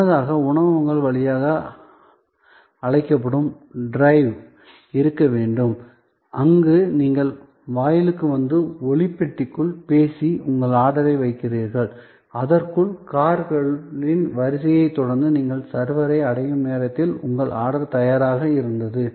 முன்னதாக உணவகங்கள் வழியாக அழைக்கப்படும் டிரைவ் இருக்க வேண்டும் அங்கு நீங்கள் வாயிலுக்கு வந்து ஒலி பெட்டிக்குள் பேசி உங்கள் ஆர்டரை வைக்கிறீர்கள் அதற்குள் கார்களின் வரிசையைத் தொடர்ந்து நீங்கள் சர்வரை அடையும் நேரத்தில் உங்கள் ஆர்டர் தயாராக இருந்தது